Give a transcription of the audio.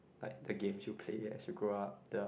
like the games you play as you grow up the